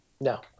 No